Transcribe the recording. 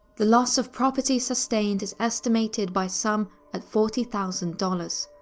the loss of property sustained is estimated by some at forty thousand dollars,